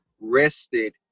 rested